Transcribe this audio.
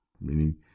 meaning